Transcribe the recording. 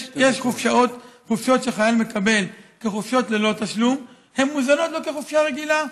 יש חופשות שחייל מקבל כחופשות ללא תשלום והן מוזנות לו כחופשה רגילה,